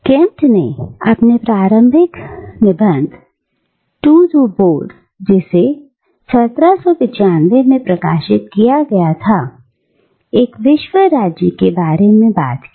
Kent ने अपने प्रारंभिक निबंध दो तू बोर्ड जिसे 1795 में प्रकाशित किया गया था एक विश्व राज्य के बारे में बात की